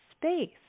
space